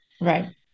Right